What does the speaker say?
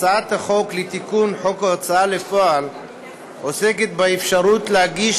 הצעת החוק לתיקון חוק ההוצאה לפועל עוסקת באפשרות להגיש